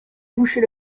boucher